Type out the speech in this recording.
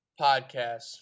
podcast